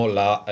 la